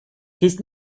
his